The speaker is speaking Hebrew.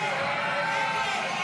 סעיף 3,